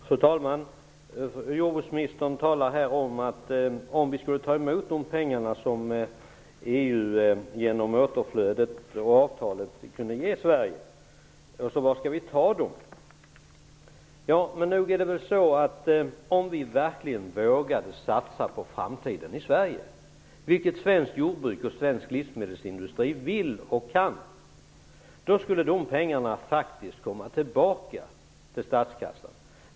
Fru talman! Jordbruksministern undrar här hur vi skall ha råd att ta emot de pengar som EU genom återflödet i avtalet kan ge Sverige. Om vi verkligen vågade satsa på framtiden i Sverige, vilket svenskt jordbruk och svensk livsmedelsindustri vill och kan, skulle de pengarna faktiskt komma tillbaka till statskassan.